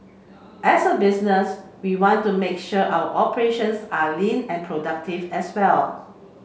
as a business we want to make sure our operations are lean and productive as well